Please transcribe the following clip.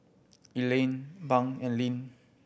Elaine Bunk and Linn